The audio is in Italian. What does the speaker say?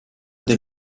del